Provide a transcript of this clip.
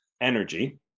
energy